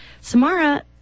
Samara